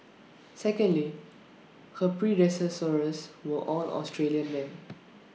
secondly her predecessors were all Australian men